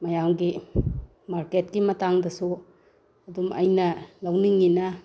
ꯃꯌꯥꯝꯒꯤ ꯃꯥꯔꯀꯦꯠꯀꯤ ꯃꯇꯥꯡꯗꯁꯨ ꯑꯗꯨꯝ ꯑꯩꯅ ꯂꯧꯅꯤꯡꯏꯅ